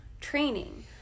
training